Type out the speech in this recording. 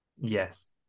Yes